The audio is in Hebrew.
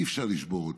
אי-אפשר לשבור אותנו.